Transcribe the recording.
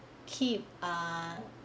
keep ah